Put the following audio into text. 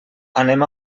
anem